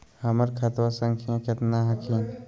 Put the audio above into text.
हमर खतवा संख्या केतना हखिन?